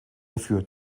dafür